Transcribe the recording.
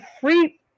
free